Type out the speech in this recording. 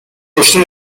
رشدی